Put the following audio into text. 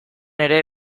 ere